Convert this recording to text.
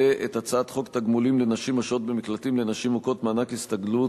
ואת הצעת חוק תגמולים לנשים השוהות במקלטים לנשים מוכות (מענק הסתגלות),